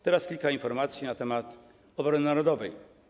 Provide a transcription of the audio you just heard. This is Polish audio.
Teraz kilka informacji na temat obrony narodowej.